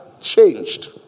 changed